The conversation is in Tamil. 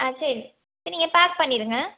ஆ சரி சரி நீங்கள் பேக் பண்ணியிருங்க